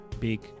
big